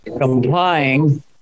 complying